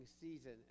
season